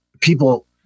people